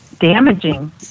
damaging